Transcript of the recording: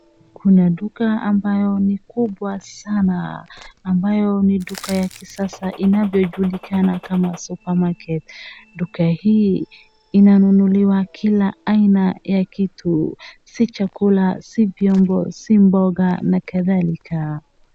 Kuna duka ambayo ni kubwa sana ambayo ni duka ya kisasa inavyojulikana kama supermarket. Duka hii inanunuliwa kila aina ya kitu, si chakula, si vyombo, si mboga na kadhalika.